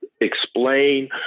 explain